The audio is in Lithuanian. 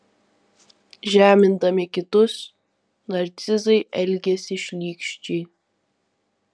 žemindami kitus narcizai elgiasi šlykščiai